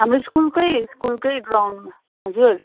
हाम्रो स्कुल कै स्कुल कै ग्राउन्डमा हजुर